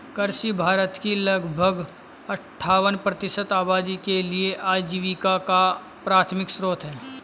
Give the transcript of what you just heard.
कृषि भारत की लगभग अट्ठावन प्रतिशत आबादी के लिए आजीविका का प्राथमिक स्रोत है